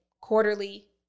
quarterly